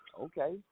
Okay